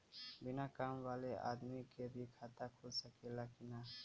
बिना काम वाले आदमी के भी खाता खुल सकेला की ना?